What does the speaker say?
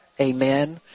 Amen